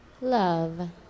love